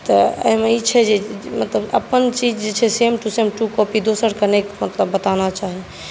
तऽ एहिमे ई छै जे मतलब अपन चीज जे छै मतलब सेम टु सेम कॉपी दोसरकेँ नहि मतलब बताना चाही